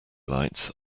lights